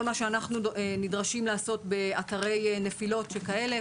כל מה שאנחנו נדרשים לעשות באתרי נפילות שכאלה,